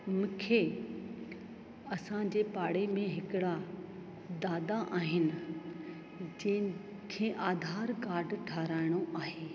मूंखे असांजे पाड़े में हिकिड़ा दादा आहिनि जंहिंखें आधार कार्ड ठाहिराइणो आहे